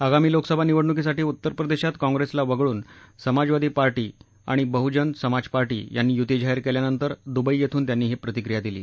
आगामी लोकसभा निवडणुकीसाठी उत्तरप्रदेशात काँप्रेसला वगळून समाजवादी पार्टी आणि बहुजन समाज पार्टी यांनी युती जाहीर केल्यानंतर दुबई इथून त्यांनी ही प्रतिक्रिया दिली